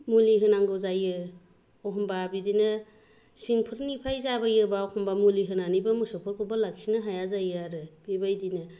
मुलि होनांगौ जायो एखमब्ला बिदिनो सिंफोरनिफ्राय जाबोयोब्ला एखमब्ला मुलि होनानैबो मोसौफोरखौबो लाखिनो हाया जायो आरो बेबायदिनो